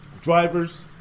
drivers